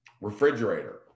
refrigerator